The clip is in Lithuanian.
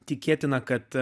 tikėtina kad